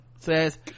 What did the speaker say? says